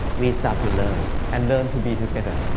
we start to learn, and learn to be together.